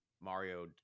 mario